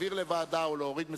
להעביר לוועדה או להוריד מסדר-היום.